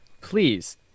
Please